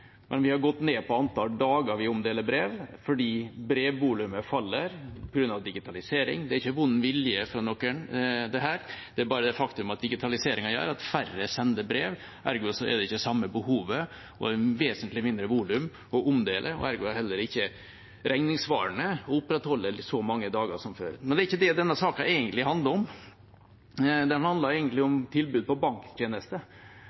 men vi har gått ned på antall dager vi omdeler brev, fordi brevvolumet faller på grunn av digitalisering. Dette er ikke vond vilje fra noen, det er bare det faktum at digitaliseringen gjør at færre sender brev, ergo er det ikke samme behovet. Det er et vesentlig mindre volum å omdele, ergo er det heller ikke regningssvarende å opprettholde dette så mange dager som før. Men det er ikke det denne saken egentlig handler om. Den handler